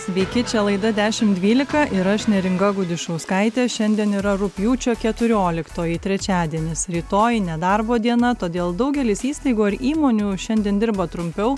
sveiki čia laida dešimt dvylika ir aš neringa gudišauskaitė šiandien yra rugpjūčio keturioliktoji trečiadienis rytoj nedarbo diena todėl daugelis įstaigų ar įmonių šiandien dirba trumpiau